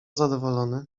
zadowolony